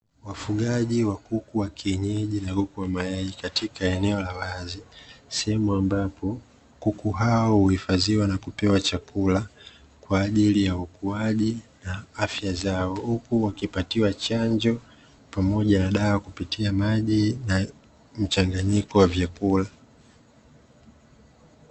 Wafugaji wa kuku wa kienyeji na kuku wa mayai katika eneo la wazi sehemu ambapo kuku hao huhifadhiwa na kupewa chakula kwa ajili ya ukuaji na afya zao huku wakipatiwa chanjo pamoja na dawa kupitia maji na mchanganyiko wa vyakula.